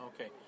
okay